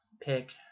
pick